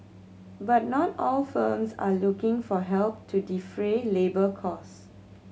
but not all firms are looking for help to defray labour cost